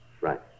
Right